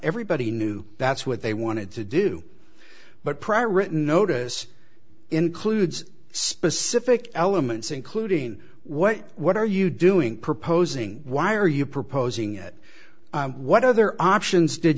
everybody knew that's what they wanted to do but prior written notice includes specific elements including what what are you doing proposing why are you proposing it what other options did